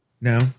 No